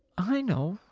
i know!